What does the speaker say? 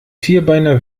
vierbeiner